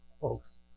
folks